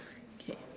okay